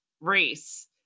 race